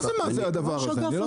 מה זה "מה זה הדבר הזה"?